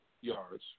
yards